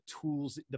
tools